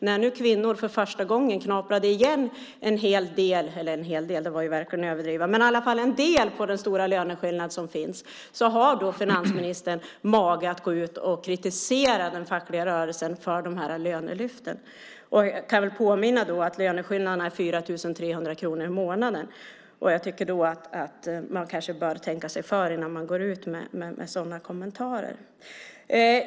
När nu kvinnor för första gången knaprade in en del på den stora löneskillnad som finns tycker jag att det är osmakligt att finansministern har mage att kritisera den fackliga rörelsen för lönelyften. Jag kan påminna om att löneskillnaden är 4 300 kronor i månaden. Jag tycker att man bör tänka sig för innan man går ut med sådana kommentarer.